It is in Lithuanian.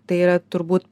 tai yra turbūt